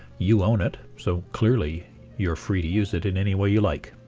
you own it so clearly you're free to use it in any way you like.